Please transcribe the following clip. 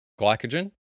glycogen